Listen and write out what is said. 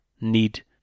need